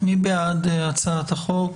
מי בעד הצעת החוק?